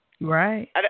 Right